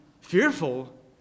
fearful